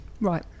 Right